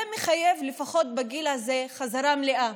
זה מחייב לפחות בגיל הזה חזרה מלאה,